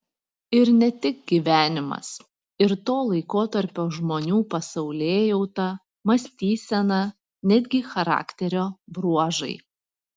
ir ne tik gyvenimas ir to laikotarpio žmonių pasaulėjauta mąstysena netgi charakterio bruožai